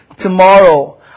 tomorrow